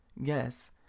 Yes